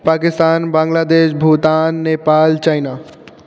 Pakistan Bangladesh Bhutan Nepal China